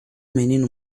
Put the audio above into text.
menino